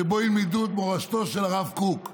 שבו ילמדו את מורשתו של הרב קוק.